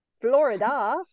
florida